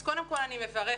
אז קודם כל אני מברכת,